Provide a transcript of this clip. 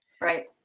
Right